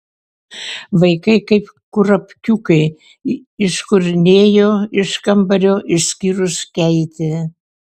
vaikai kaip kurapkiukai iškurnėjo iš kambario išskyrus keitę